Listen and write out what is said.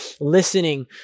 listening